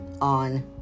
on